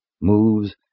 moves